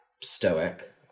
Stoic